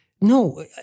No